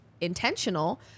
intentional